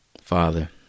Father